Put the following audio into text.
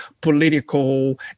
political